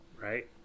right